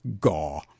Gaw